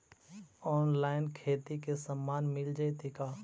Online खेती के सामान मिल जैतै का?